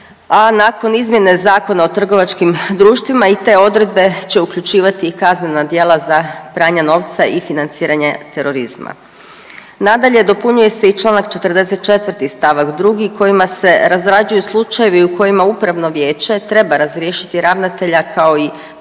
a nakon izmjene Zakona o trgovačkim društvima i te odredbe će uključivati i kaznena djela za pranje novca i financiranje terorizma. Nadalje, dopunjuje se i Članak 44. stavak 2. kojima se razrađuju slučajevi u kojima upravno vijeće treba razriješiti ravnatelja kao i prekršajne